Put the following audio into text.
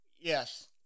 yes